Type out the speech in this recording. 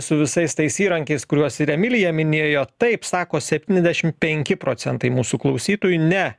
su visais tais įrankiais kuriuos ir emilija minėjo taip sako septyniasdešimt penki procentai mūsų klausytojų ne